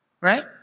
Right